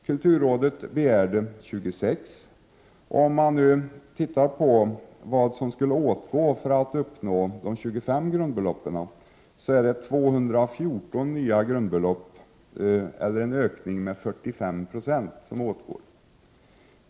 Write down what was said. Kulturrådet hade begärt 26. Om man tittar på vad som skulle åtgå för att uppnå de 25 grundbeloppen finner man att 214 nya grundbelopp skulle behövas, eller en ökning med 45 Jo.